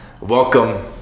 Welcome